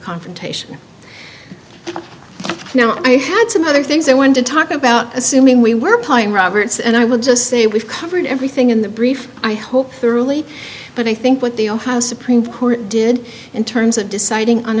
confrontation now i had some other things i want to talk about assuming we were pi roberts and i would just say we've covered everything in the brief i hope thoroughly but i think what they are how supreme court did in terms of deciding on